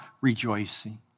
rejoicing